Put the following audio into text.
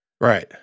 right